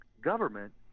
government